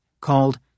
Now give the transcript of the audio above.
called